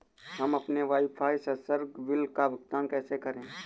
हम अपने वाईफाई संसर्ग बिल का भुगतान कैसे करें?